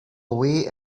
away